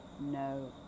no